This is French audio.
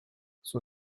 son